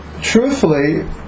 truthfully